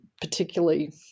particularly